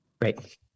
Right